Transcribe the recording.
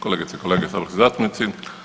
kolegice i kolege saborski zastupnici.